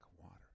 water